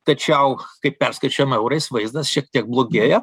tačiau kai perskaičiuojama eurais vaizdas šiek tiek blogėja